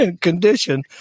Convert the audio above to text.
Condition